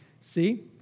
see